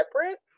separate